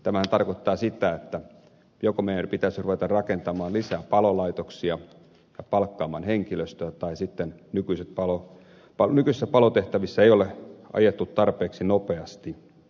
tämähän tarkoittaa sitä että joko meidän pitäisi ruveta rakentamaan lisää palolaitoksia ja palkkaamaan henkilöstöä tai sitten nykyisissä palotehtävissä ei ole ajettu tarpeeksi nopeasti